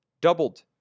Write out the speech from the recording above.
doubled